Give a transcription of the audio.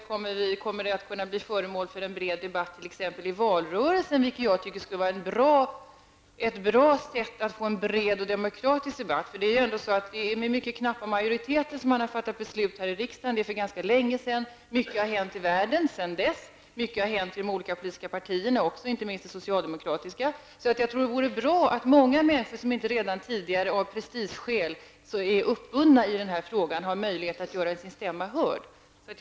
Kommer den att kunna bli föremål för en bred debatt t.ex. i valrörelsen, vilket jag tycker skulle vara ett bra sätt att få till stånd en bred och demokratisk debatt -- det är ju ändå med mycket knappa majoriteter som man här i riksdagen fattat beslut om JAS, och det skedde för ganska länge sedan; mycket har hänt i världen sedan dess, och mycket har hänt också i de olika politiska partierna, inte minst det socialdemokratiska. Jag tror därför att det vore bra att många människor, som inte redan tidigare av prestigeskäl är uppbundna i den här frågan, finge möjlighet att göra sina stämmor hörda.